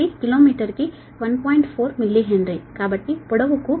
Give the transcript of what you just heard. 4 millihenry కాబట్టి పొడవుకు 1